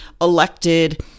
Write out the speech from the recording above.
elected